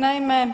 Naime,